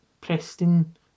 Preston